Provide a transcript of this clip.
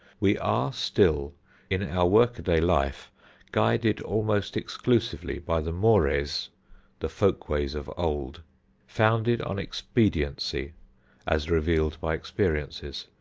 we are still in our work-a-day life guided almost exclusively by the mores the folk-ways of old founded on expediency as revealed by experiences,